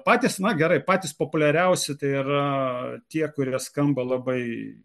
patys na gerai patys populiariausi tai yra tie kurie skamba labai